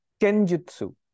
kenjutsu